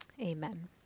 Amen